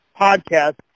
podcast